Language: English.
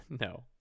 no